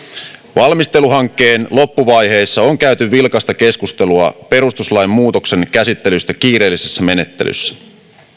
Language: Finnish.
valmisteluhankkeen loppuvaiheessa on käyty vilkasta keskustelua perustuslain muutoksen käsittelystä kiireellisessä menettelyssä